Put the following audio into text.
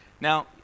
Now